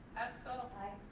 hessel? aye.